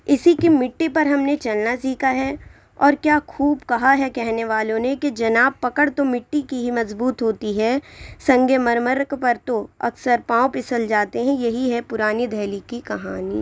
اِسی کی مٹی پر ہم نے چلنا سیکھا ہے اور کیا خوب کہا ہے کہنے والوں نے کہ جناب پکڑ تو مٹی کی ہی مضبوط ہوتی ہے سنگ مرمر پہ پر تو اکثر پاؤں پھسل جاتے ہیں یہی ہے پُرانی دہلی کی کہانی